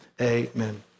amen